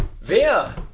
Wer